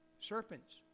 serpents